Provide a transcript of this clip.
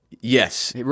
yes